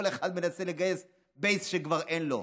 כל אחד מנסה לגייס בייס שכבר אין לו.